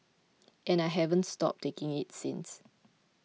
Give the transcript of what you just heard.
and I haven't stopped taking it since